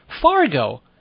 Fargo